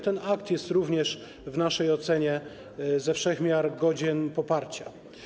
Ten akt jest również w naszej ocenie ze wszech miar godzien poparcia.